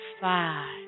five